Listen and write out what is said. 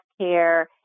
care